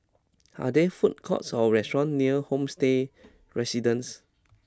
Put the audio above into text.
are there food courts or restaurants near Homestay Residences